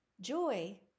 Joy